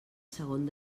segon